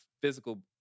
physical